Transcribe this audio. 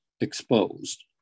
exposed